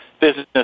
business